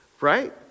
Right